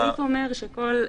חלופה אחת היא לקבוע מגבלה,